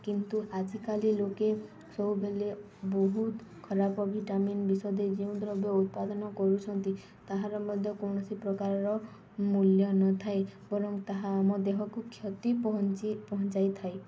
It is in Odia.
କିନ୍ତୁ ଆଜିକାଲି ଲୋକେ ସବୁବେଲେ ବହୁତ ଖରାପ ଭିଟାମିିନ୍ ବିଷ ଦେଇ ଯେଉଁ ଦ୍ରବ୍ୟ ଉତ୍ପାଦନ କରୁଛନ୍ତି ତାହାର ମଧ୍ୟ କୌଣସି ପ୍ରକାରର ମୂଲ୍ୟ ନଥାଏ ଏବଂ ତାହା ଆମ ଦେହକୁ କ୍ଷତି ପହଞ୍ଚି ପହଞ୍ଚାଇଥାଏ